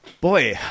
Boy